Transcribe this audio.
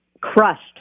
Crushed